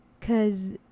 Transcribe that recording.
cause